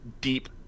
deep